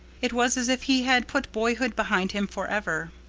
it was as if he had put boyhood behind him forever.